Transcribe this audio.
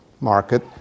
market